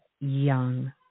young